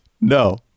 No